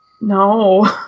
no